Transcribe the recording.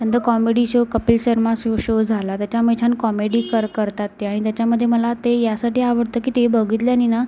नंतर comedy show Kapil Sharma show झाला त्याच्यामध्ये छान कॉमेडी कर करतात ते आणि त्याच्यामधे मला ते यासाठी आवडतं की ते बघितल्याने ना